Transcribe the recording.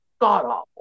god-awful